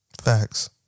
Facts